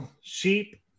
sheep